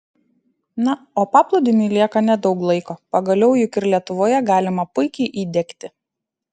na o paplūdimiui lieka nedaug laiko pagaliau juk ir lietuvoje galima puikiai įdegti